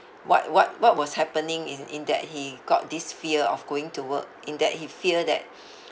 what what what was happening in in that he got this fear of going to work in that he fear that